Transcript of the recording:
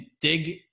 dig